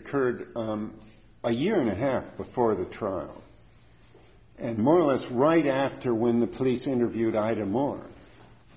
occurred a year and a half before the trial and more or less right after when the police interviewed item on